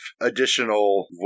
additional